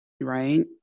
right